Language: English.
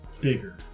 Bigger